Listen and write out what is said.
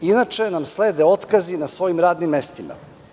Inače, slede nam otkazi na svojim radnim mestima“